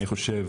אני חושב,